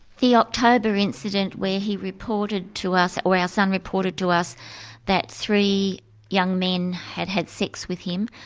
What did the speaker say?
the october incident, where he reported to us, or our son reported to us that three young men had had sex with him,